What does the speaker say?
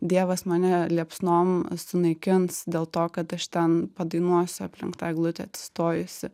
dievas mane liepsnom sunaikins dėl to kad aš ten padainuosiu aplink tą eglutę atsistojusi